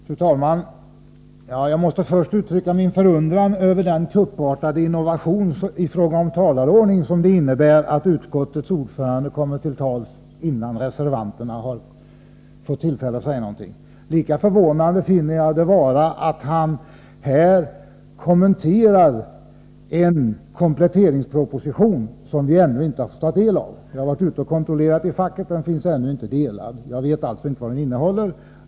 Fru talman! Jag måste först uttrycka min förundran över den kuppartade innovation i fråga om talarordning som det innebär att utskottets ordförande kommer till tals innan reservanterna får tillfälle att säga någonting. Lika förvånande finner jag det vara att Kurt Hugosson här kommenterar en kompletteringsproposition som vi ännu inte har fått ta del av — jag har varit ute och kontrollerat i facket; den är ännu inte utdelad. Jag vet alltså inte vad den innehåller.